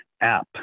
app